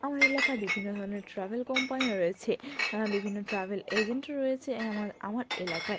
আমার এলাকায় বিভিন্ন ধরনের ট্রাভেল কোম্পানিরা রয়েছে বিভিন্ন ট্রাভেল এজেন্ট রয়েছে আমার আমার এলাকায়